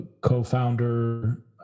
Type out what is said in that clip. co-founder